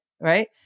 right